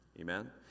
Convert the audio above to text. Amen